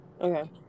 Okay